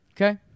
Okay